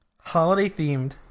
Holiday-themed